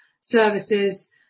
services